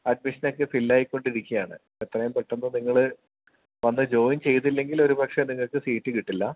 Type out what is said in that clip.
admission fill ആയികൊണ്ടിരിക്കാണ് എത്രയും പെട്ടന്ന് നിങ്ങൾ വന്ന് ജോയിൻ ചെയ്തില്ലെങ്കിൽ ഒരുപക്ഷെ നിങ്ങൾക്ക് സീറ്റ് കിട്ടില്ല